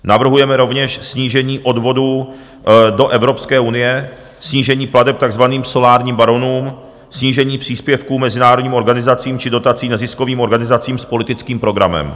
Navrhujeme rovněž snížení odvodů do EU, snížení plateb takzvaným solárním baronům, snížení příspěvku mezinárodním organizacím či dotací neziskovým organizacím s politickým programem.